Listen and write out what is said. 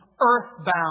earthbound